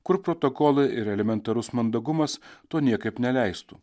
kur protokola ir elementarus mandagumas to niekaip neleistų